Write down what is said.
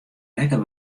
lekker